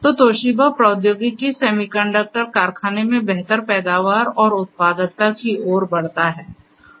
तो तोशिबा प्रौद्योगिकी सेमीकंडक्टर कारखाने में बेहतर पैदावार और उत्पादकता की ओर बढ़ता है